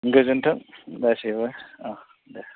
गोजोन्थों गासैबो अ दे